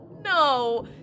No